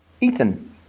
Ethan